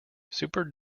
super